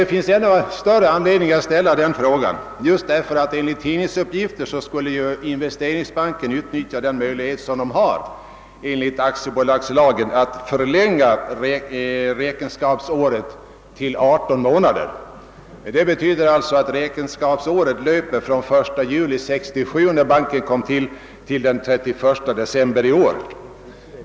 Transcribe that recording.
Det finns desto större anledning att ställa denna fråga som Investeringsbanken enligt tidningsuppgifter avser att utnyttja den möjlighet den har enligt aktiebolagslagen att förlänga räkenskapsåret till 18 månader. Det betyder alltså att räkenskapsåret löper från den 1 juli 1967, när banken bildades, till den 31 december i år.